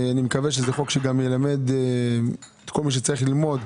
אני מקווה שזה חוק שגם ילמד את כל מה שצריך ללמוד,